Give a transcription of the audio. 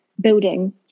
building